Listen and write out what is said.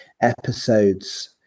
episodes